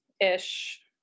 ish